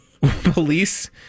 Police